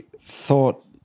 thought